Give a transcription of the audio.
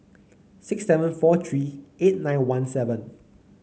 six seven four three eight nine one seven